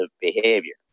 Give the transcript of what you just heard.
behavior